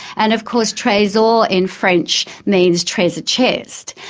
and of course tresor in french means treasure chest,